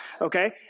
Okay